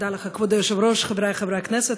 תודה לך, כבוד היושב-ראש, חברי חברי הכנסת,